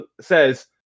says